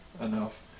enough